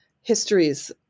histories